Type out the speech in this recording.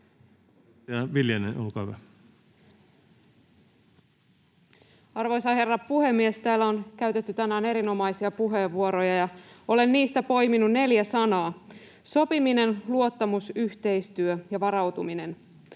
Arvoisa herra puhemies! Täällä on käytetty tänään erinomaisia puheenvuoroja. Olen niistä poiminut neljä sanaa: sopiminen, luottamus, yhteistyö ja varautuminen.